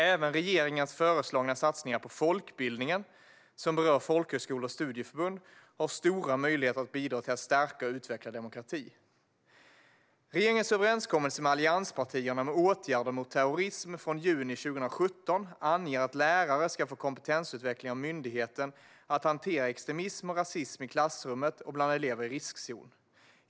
Även regeringens föreslagna satsningar på folkbildningen, som berör folkhögskolor och studieförbund, har stora möjligheter att bidra till att stärka och utveckla demokrati. Regeringens överenskommelse med allianspartierna från juni 2017 om åtgärder mot terrorism anger att lärare ska få kompetensutveckling av myndigheten att hantera extremism och rasism i klassrummet och bland elever i riskzonen.